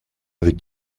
avec